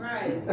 Right